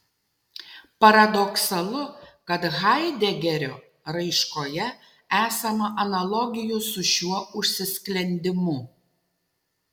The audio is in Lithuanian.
paradoksalu kad haidegerio raiškoje esama analogijų su šiuo užsisklendimu